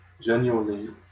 genuinely